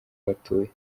batuye